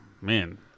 man